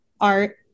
art